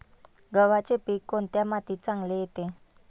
गव्हाचे पीक कोणत्या मातीत चांगले येते?